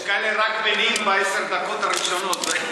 יש כאלה שרק מתניעים בעשר הדקות הראשונות.